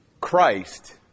Christ